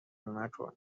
مکن